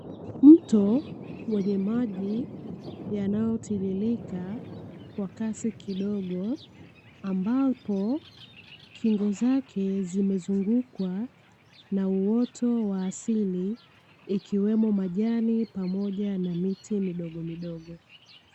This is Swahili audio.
Mto wenye maji yanayotiririka kwa kasi kidogo ambapo kingo zake zimezungukwa na uoto wa asili, kikiwemo majani miti midogo midogo.